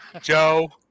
Joe